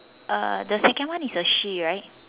uh the second one is a she right